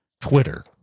Twitter